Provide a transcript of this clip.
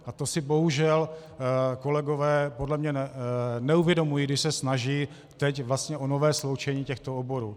A to si bohužel kolegové podle mě neuvědomují, když se snaží teď vlastně o nové sloučení těchto oborů.